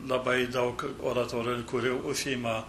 labai daug oratorijų kuri užsiima